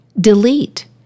delete